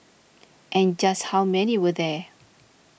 and just how many were there